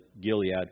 Gilead